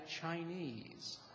Chinese